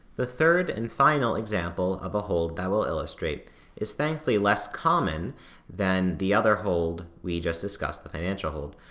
the third and final example of a hold that we'll illustrate is thankfully less common than the other hold we just discussed, the financial hold,